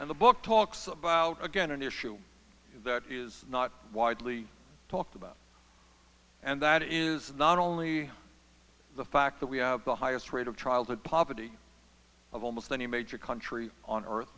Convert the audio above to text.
and the book talks about again an issue that is not widely talked about and that is not only the fact that we have the highest rate of childhood poverty of almost any major country on earth